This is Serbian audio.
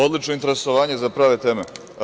Odlično interesovanje za prave teme.